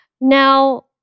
Now